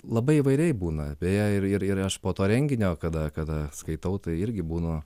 labai įvairiai būna beje ir ir ir aš po to renginio kada kada skaitau tai irgi būnu